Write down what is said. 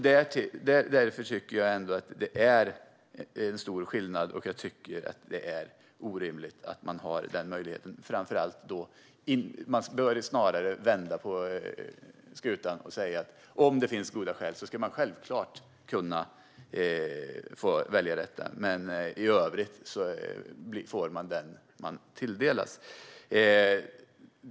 Därför tycker jag att det är en stor skillnad, och jag tycker att det är orimligt att den möjligheten finns. Vi bör snarare vända på skutan och säga att man självklart ska kunna få välja detta om det finns goda skäl, men i övrigt får man den som man tilldelas.